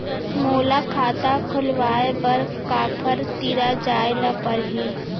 मोला खाता खोलवाय बर काखर तिरा जाय ल परही?